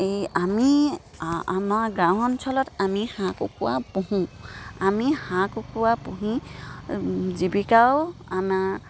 আমি আমাৰ গাঁও অঞ্চলত আমি হাঁহ কুকুৰা পুহোঁ আমি হাঁহ কুকুৰা পুহি জীৱিকাও আমাৰ